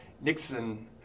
Nixon